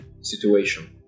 situation